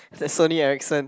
it's like Sony Ericsson